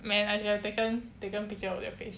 man I should've taken taken picture of their face